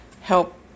help